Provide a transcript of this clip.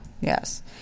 Yes